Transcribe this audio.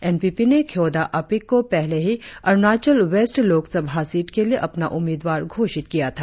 N P P ने ख्योदा अपिक को पहले ही अरुणाचल वेस्ट लोकसभा सीट के लिए अपना उम्मीदवार घोषित किया था